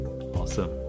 Awesome